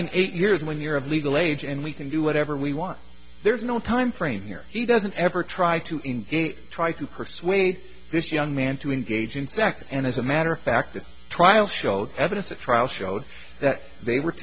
in eight years when you're of legal age and we can do whatever we want there's no time frame here he doesn't ever try to try to persuade this young man to engage in sex and as a matter of fact the trial showed evidence at trial showed that they w